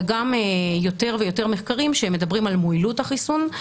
וגם יותר ויותר מחקרים שמדברים על מועילות החיסון.